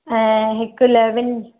ऐं हिकु लेमन